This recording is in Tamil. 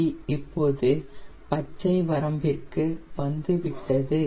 டி இப்போது பச்சை வரம்பிற்கு வந்துவிட்டது